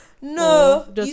No